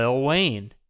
Wayne